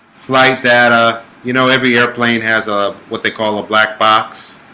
flight data, you know every airplane has a what they call a black box,